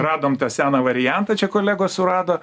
radom tą seną variantą čia kolegos surado